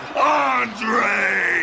Andre